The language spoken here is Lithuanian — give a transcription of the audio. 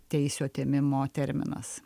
teisių atėmimo terminas